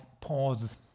pause